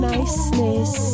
Niceness